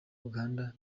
uganda